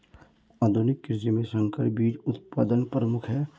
आधुनिक कृषि में संकर बीज उत्पादन प्रमुख है